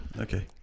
Okay